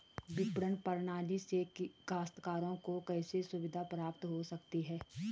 विपणन प्रणाली से काश्तकारों को कैसे सुविधा प्राप्त हो सकती है?